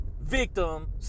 Victim